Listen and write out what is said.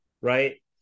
right